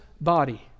body